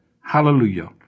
Hallelujah